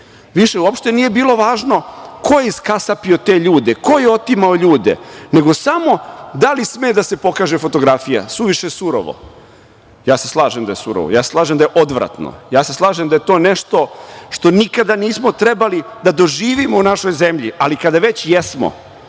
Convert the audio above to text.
više uopšte nije bilo važno ko je iskasapio te ljude, ko je otimao ljude, nego samo da li sme da se pokaže fotografija. Suviše je surovo. Ja se slažem da je surovo. Ja se slažem da je odvratno. Ja se slažem da je to nešto što nikada nismo trebali da doživimo u našoj zemlji, ali kada već jesmo,